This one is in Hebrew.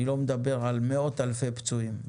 ואני לא מדבר על מאות אלפי פצועים.